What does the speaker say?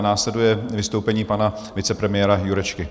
Následuje vystoupení pana vicepremiéra Jurečky.